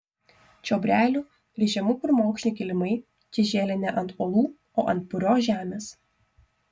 čiobrelių ir žemų krūmokšnių kilimai čia žėlė ne ant uolų o ant purios žemės